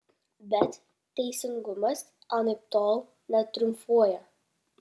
bet teisingumas anaiptol netriumfuoja